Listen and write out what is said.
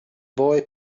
boy